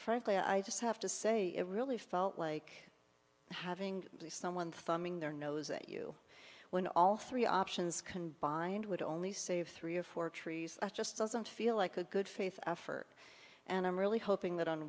frankly i just have to say it really felt like having someone thumbing their nose at you when all three options can bind would only save three or four trees just doesn't feel like a good faith effort and i'm really hoping that on